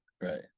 right